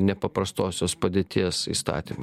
nepaprastosios padėties įstatymą